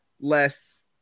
less